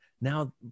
now